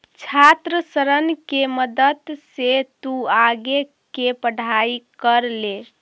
छात्र ऋण के मदद से तु आगे के पढ़ाई कर ले